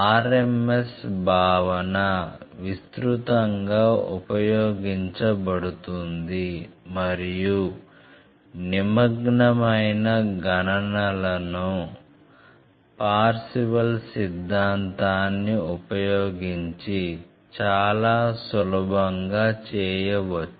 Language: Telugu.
rms భావన విస్తృతంగా ఉపయోగించబడుతుంది మరియు నిమగ్నమైన గణనలను పార్శివల్ సిద్ధాంతాన్ని ఉపయోగించి చాలా సులభంగా చేయవచ్చు